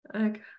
okay